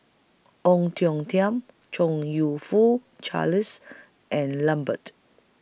Ong Tiong Khiam Chong YOU Fook Charles and Lambert